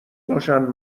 باشن